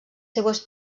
seues